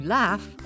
laugh